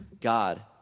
God